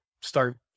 start